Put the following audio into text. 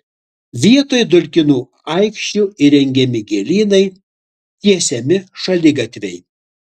vietoj dulkinų aikščių įrengiami gėlynai tiesiami šaligatviai